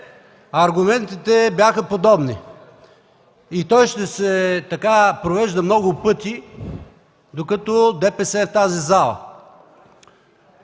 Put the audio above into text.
аргументите бяха подобни, и той ще се провежда много пъти, докато ДПС е в тази зала.